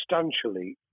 substantially